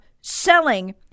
selling